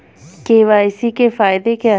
KYC के फायदे क्या है?